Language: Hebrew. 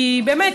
כי באמת,